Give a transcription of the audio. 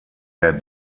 der